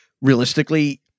realistically